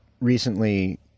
recently